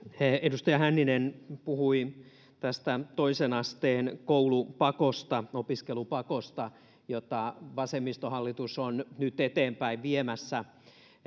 edustaja hänninen puhui tästä toisen asteen koulupakosta opiskelupakosta jota vasemmistohallitus on nyt eteenpäin viemässä